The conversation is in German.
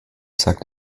sagt